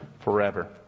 forever